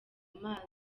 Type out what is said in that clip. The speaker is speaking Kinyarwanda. amazi